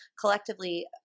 collectively